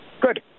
Good